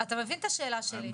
אתה מבין את השאלה שלי.